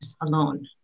alone